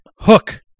Hook